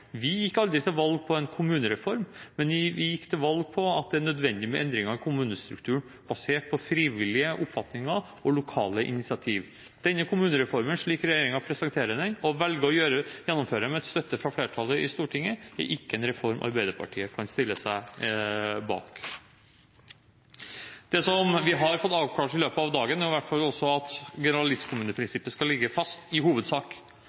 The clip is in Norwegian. Vi gikk aldri til valg på en kommunereform, men vi gikk til valg på at det er nødvendig med endringer i kommunestrukturen basert på frivillige oppfatninger og lokale initiativ. Denne kommunereformen, slik regjeringen presenterer den og velger å gjennomføre den med støtte fra flertallet i Stortinget, er ikke en reform Arbeiderpartiet kan stille seg bak. Det som vi har fått avklart i løpet av dagen, er i hvert fall at generalistkommuneprinsippet i hovedsak skal ligge fast,